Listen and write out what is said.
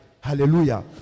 Hallelujah